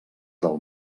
del